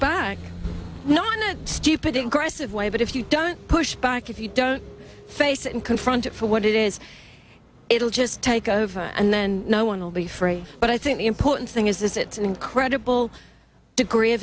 back not a stupid ingress of way but if you don't push back if you don't face it and confront it for what it is it'll just take over and then no one will be free but i think the important thing is is it an incredible degree of